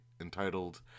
entitled